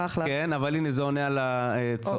אבל הנה זה עונה על הצורך הזה.